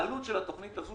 העלות של התוכנית הזו,